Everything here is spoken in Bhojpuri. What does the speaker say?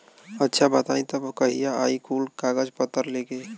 अच्छा बताई तब कहिया आई कुल कागज पतर लेके?